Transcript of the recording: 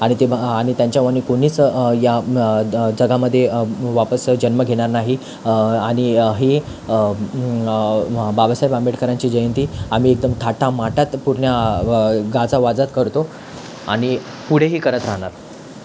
आणि ते आणि त्यांच्या वाणी कोणीच या जगामध्ये वापस जन्म घेणार नाही आणि हे बाबासाहेब आंबेडकरांची जयंती आम्ही एकदम थाटामाटात पूर्ण गाजावाजात करतो आणि पुढेही करत राहणार